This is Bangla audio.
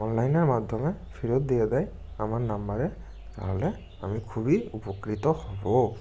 অনলাইনের মাধ্যমে ফেরত দিয়ে দেয় আমার নাম্বারে তাহলে আমি খুবই উপকৃত হবো